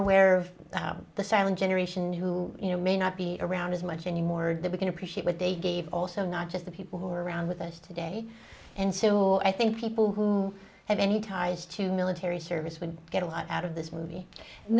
aware of the silent generation who you know may not be around as much anymore and that we can appreciate what they gave also not just the people who are around with us today and so i think people who have any ties to military service would get a lot out of this movie